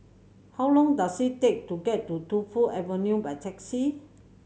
how long does it take to get to Tu Fu Avenue by taxi